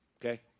Okay